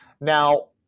now